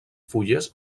fulles